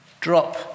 Drop